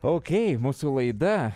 okei mūsų laida